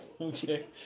Okay